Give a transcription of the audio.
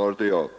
uppdrag.